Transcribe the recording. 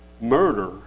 Murder